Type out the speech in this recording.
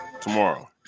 tomorrow